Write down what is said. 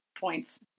points